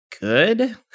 good